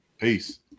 peace